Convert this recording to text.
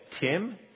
Tim